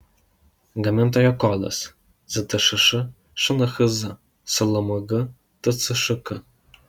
gamintojo kodas ztšš šnhz slmg tcšk